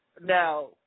Now